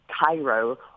Cairo